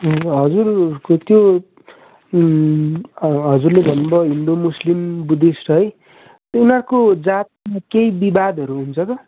ए हजुरहरूको त्यो हजुरले भन्नुभयो हिन्दू मुस्लिम बुद्धिस्ट है उनीहरूको जातमा केही विवादहरू हुन्छ त